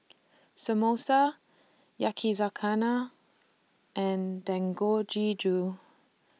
Samosa Yakizakana and Dangojiru